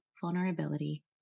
vulnerability